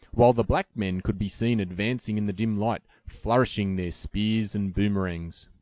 while the black men could be seen advancing in the dim light, flourishing their spears and boomerangs.